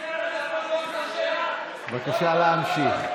בבקשה להמשיך.